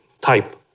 type